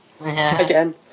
again